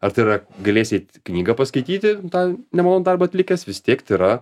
ar tai yra galėsi eit knygą paskaityti tą nemalonų darbą atlikęs vis tiek tai yra